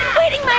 waiting